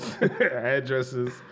addresses